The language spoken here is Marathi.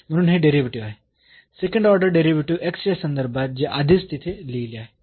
म्हणून हे डेरिव्हेटिव्ह आहे सेकंड ऑर्डर डेरिव्हेटिव्ह च्या संदर्भात जे आधीच तिथे लिहले आहे